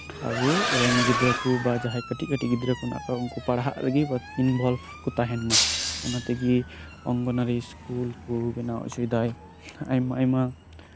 ᱟᱵᱚ ᱨᱮᱱ ᱜᱤᱫᱽᱨᱟᱹ ᱠᱚ ᱥᱮ ᱡᱟᱸᱦᱟᱭ ᱠᱟᱹᱴᱤᱡ ᱠᱟᱹᱴᱤᱡ ᱜᱤᱫᱽᱨᱟᱹ ᱠᱚ ᱢᱮᱱᱟᱜ ᱠᱚᱣᱟ ᱩᱱᱠᱩ ᱯᱟᱲᱦᱟᱜ ᱨᱮᱜᱮ ᱤᱱᱵᱷᱚᱞᱵ ᱠᱚ ᱛᱟᱸᱦᱮᱱ ᱢᱟ ᱚᱱᱟ ᱛᱮᱜᱮ ᱚᱝᱜᱚᱱᱳᱣᱟᱲᱤ ᱤᱥᱠᱩᱞ ᱠᱚ ᱵᱮᱱᱟᱣ ᱦᱚᱪᱚᱭᱮᱫᱟ ᱟᱭᱢᱟ ᱟᱭᱢᱟ